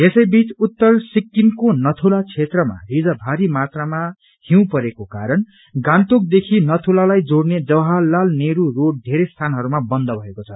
यसै बीच उत्तर सिक्किमको नथुला क्षेत्रमा हिज भारी हिमपात भएको कारण गान्तोक देखि नथुलालाई जोड़ने जवहारलाल नेहरू रोड धेरै स्थानहयमा बन्द भएको छ